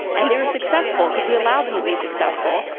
and they were successful because we allowed them to be successful.